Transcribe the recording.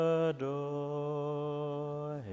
adore